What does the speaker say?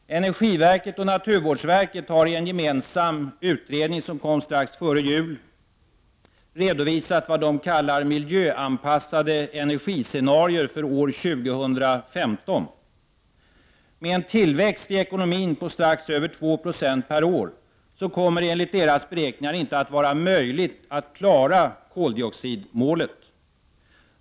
Energiverket och naturvårdsverket har i en gemensam utredning som kom strax före jul redovisat vad de kallar miljöanpassade energiscenarier för år 2015. Med en tillväxt i ekonomin på strax över 2 Jo per år kommer det enligt deras beräkningar inte att vara möjligt att klara koldioxidmålet.